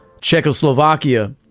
Czechoslovakia